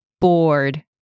Bored